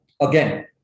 again